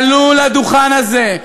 שיעלו לדוכן הזה,